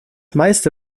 meiste